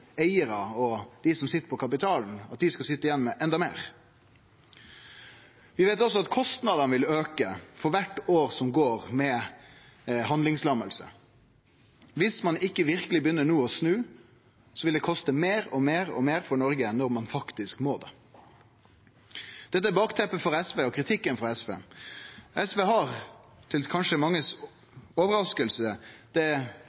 eigarar og dei som sit på kapitalen, og at dei skal sitje igjen med enda meir? Vi veit også at kostnadene vil auke for kvart år som går med handlingslamming. Dersom ein ikkje no verkeleg begynner å snu, vil det koste meir for Noreg når ein faktisk må. Dette er bakteppet for kritikken frå SV. SV er, noko mange kanskje vil vere overraska over, det partiet som har det